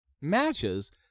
matches